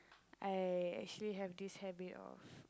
I actually have this habit of